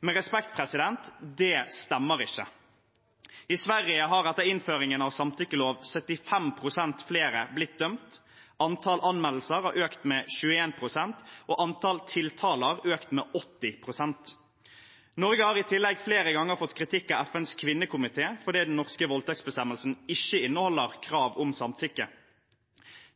Med respekt: Det stemmer ikke. I Sverige har 75 pst. flere blitt dømt etter innføringen av samtykkelov, antall anmeldelser har økt med 21 pst., og antall tiltaler har økt med 80 pst. Norge har i tillegg flere ganger fått kritikk av FNs kvinnekomité fordi den norske voldtektsbestemmelsen ikke inneholder krav om samtykke.